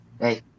Hey